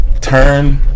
turn